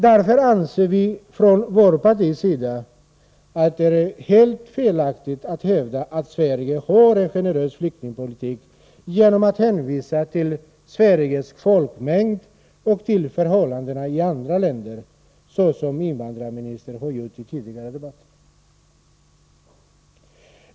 Därför anser vi från vårt parti att det är helt felaktigt att hävda att Sverige har en generös flyktingpolitik genom att hänvisa till Sveriges folkmängd och till förhållandena i andra länder, såsom invandrarministern har gjort i tidigare debatter.